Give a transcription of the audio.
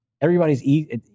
everybody's